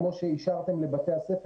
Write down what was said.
כמו שאישרתם לבתי הספר,